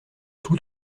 tous